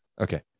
okay